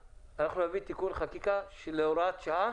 תיקון החקיקה של הוראת השעה